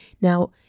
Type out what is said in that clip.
Now